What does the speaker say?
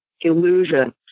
illusion